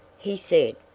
he said,